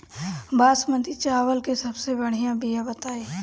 बासमती चावल के सबसे बढ़िया बिया बताई?